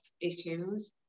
issues